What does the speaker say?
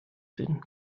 bin